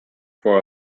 for